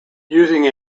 using